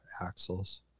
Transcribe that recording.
axles